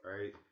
right